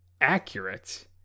accurate